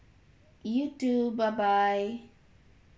you too bye bye